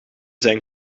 zijn